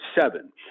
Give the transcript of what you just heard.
seven